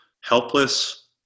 helpless